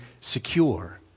secure